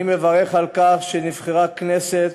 אני מברך על כך שנבחרה כנסת